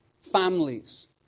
Families